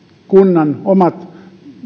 kunnan omat